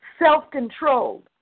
self-controlled